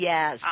Yes